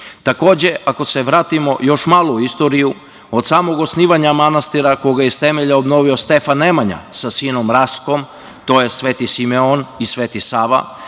srpski. Takođe, ako se vratimo još malo u istoriju od samog osnivanja manastira koga je iz temelja obnovio Stefan Nemanja sa sinom Raskom, to je Sveti Simeon i Sveti Sava,